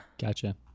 gotcha